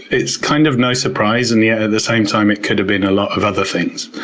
it's kind of no surprise. and yet at the same time it could have been a lot of other things